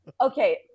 Okay